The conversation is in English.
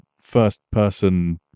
first-person